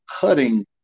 cutting